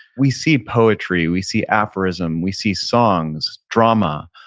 we see poetry. we see aphorism. we see songs, drama.